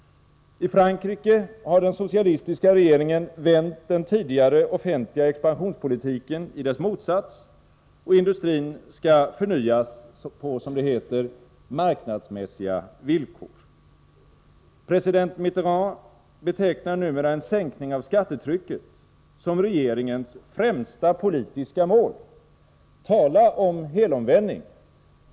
I Frankrike har den socialistiska regeringen vänt den tidigare offentliga expansionspolitiken i dess motsats, och industrin skall förnyas på, som det heter, marknadsmässiga villkor. President Mitterrand betecknar numera en sänkning av skattetrycket som regeringens främsta politiska mål! Tala om helomvändning!